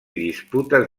disputes